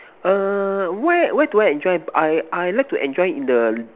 err where where do I enjoy I I like to enjoy in the